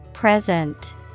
Present